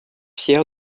fier